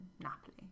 Napoli